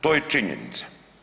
To je činjenica.